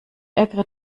ärgere